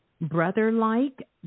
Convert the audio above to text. brother-like